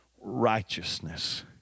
righteousness